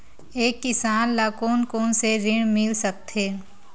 एक किसान ल कोन कोन से ऋण मिल सकथे?